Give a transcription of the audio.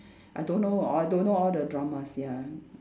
I don't know all I don't know all the dramas ya